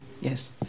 Yes